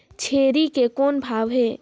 छेरी के कौन भाव हे?